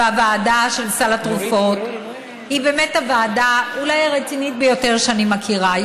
הוועדה של סל התרופות היא באמת הוועדה הרצינית ביותר שאני מכירה.